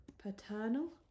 paternal